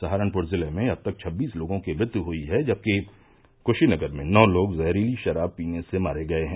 सहारनपुर जिले में अब तक छबीस लोगों की मृत्य हई है जबकि क्शीनगर में नौ लोग जहरीली शराब पीने से मारे गए हैं